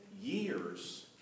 years